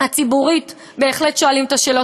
הציבורית בהחלט שואלים את השאלות.